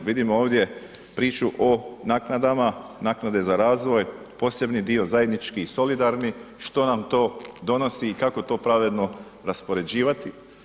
Vidimo ovdje priču o naknadama, naknade za razvoj, posebni dio, zajednički i solidarni što nam to donosi i kako to pravedno raspoređivati.